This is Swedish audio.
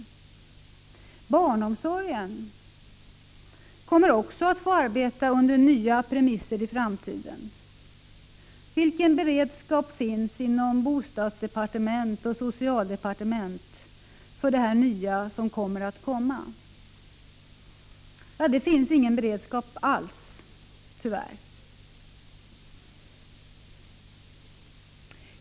Också inom barnomsorgen kommer man i framtiden att få arbeta under nya premisser. Vilken beredskap finns det inom bostadsdepartementet och socialdepartementet för det nya som kommer? Ingen alls, tyvärr.